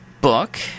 book